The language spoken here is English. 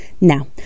Now